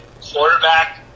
quarterback